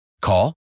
Call